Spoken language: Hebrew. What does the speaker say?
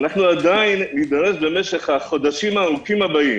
אנחנו עדיין נידרש במשך החודשים הארוכים הבאים,